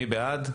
מי בעד?